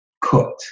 cooked